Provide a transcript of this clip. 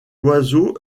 oiseau